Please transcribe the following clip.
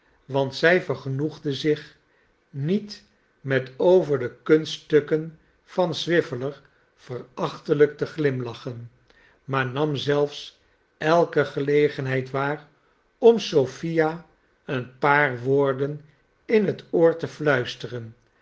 want zij vergenoegde zich niet met over de kunststukken van swiveller verachtelijk te glimlachen maar nam zelfs elke gelegenheid waar om sophia een paar woorden in het oor te fluisteren